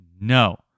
No